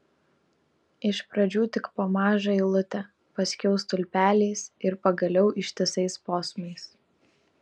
iš pradžių tik po mažą eilutę paskiau stulpeliais ir pagaliau ištisais posmais